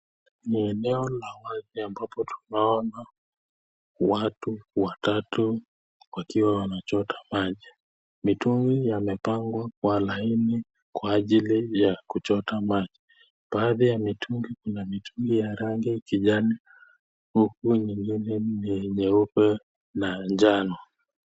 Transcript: Ni eneo la wale ambapo tunaona watu watatu wakiwa wanachota maji. m Mitungi yamepangwa kwa laini kwa ajili ya kuchota maji, baadhi ya mitungi kuna mitungi rangi kijani huku wengine ni nyeupe na njano.